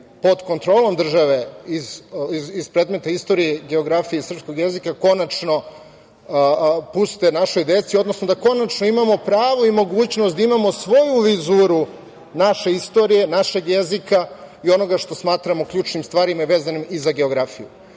pod kontrolom države iz predmeta istorije, geografije i srpskog jezika, konačno, puste našoj deci, odnosno da konačno imamo pravo i mogućnost da imamo svoju vizuru naše istorije, našeg jezika i onoga što smatramo ključnim stvarima vezanim i za geografiju. Dakle,